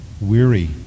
weary